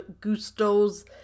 Gusto's